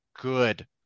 Good